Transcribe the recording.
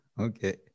Okay